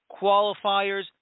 qualifiers